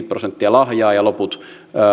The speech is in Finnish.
prosenttia lahjaa ja loput